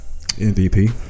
MVP